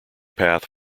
path